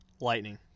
Lightning